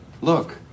look